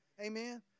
Amen